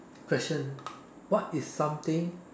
question what is something